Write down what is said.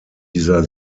dieser